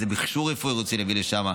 איזה מכשור רפואי רוצים להביא לשם,